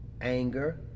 anger